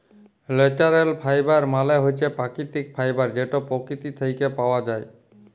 ল্যাচারেল ফাইবার মালে হছে পাকিতিক ফাইবার যেট পকিতি থ্যাইকে পাউয়া যায়